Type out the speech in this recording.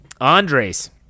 Andres